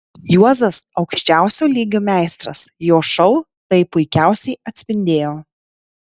juozas aukščiausio lygio meistras jo šou tai puikiausiai atspindėjo